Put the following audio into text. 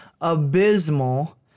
abysmal